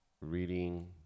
Reading